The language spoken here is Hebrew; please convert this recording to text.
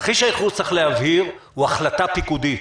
תרחיש הייחוס, צריך להבהיר, הוא החלטה פיקודית.